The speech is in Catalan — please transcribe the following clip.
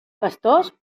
pastors